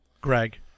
Greg